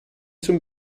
zum